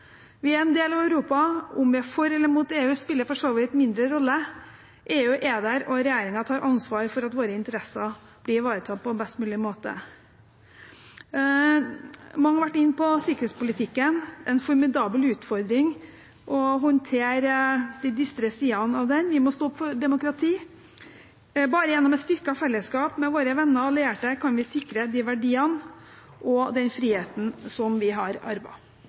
Vi er en del av Europa. Om vi er for eller mot EU, spiller for så vidt mindre rolle. EU er der, og regjeringen tar ansvar for at våre interesser blir ivaretatt på best mulig måte. Mange har vært inne på sikkerhetspolitikken. Det er en formidabel utfordring å håndtere de dystre sidene av den. Vi må stå opp for demokratiet. Bare gjennom et styrket fellesskap med våre venner og allierte kan vi sikre de verdiene og den friheten som vi har